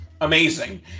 amazing